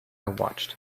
watched